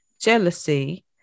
jealousy